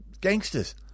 gangsters